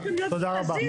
תודה רבה.